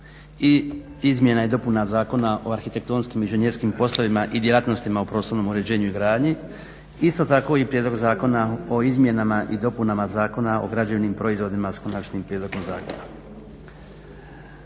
i izmjena i dopuna Zakona o arhitektonskim inženjerskim poslovima i djelatnostima u prostornom uređenju i gradnji, isto tako i prijedlog Zakona o izmjenama i dopunama Zakona o građevnim proizvodima s konačnim prijedlogom zakona.